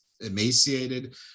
emaciated